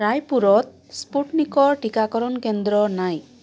ৰায়পুৰত স্পুটনিকৰ টীকাকৰণ কেন্দ্ৰ নাই